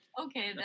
Okay